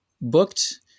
booked